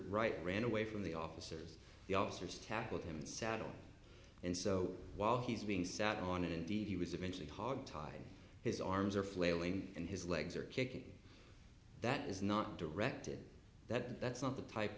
right ran away from the officers the officers tackled him saddle and so while he's being sat on indeed he was eventually hog tied his arms are flailing and his legs are kicking that is not directed that that's not the type